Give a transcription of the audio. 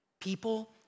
People